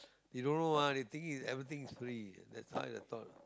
they don't know ah they think it everything is free that's why that thought